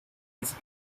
his